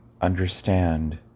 understand